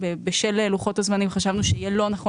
בשל לוחות הזמנים חשבנו שיהיה לא נכון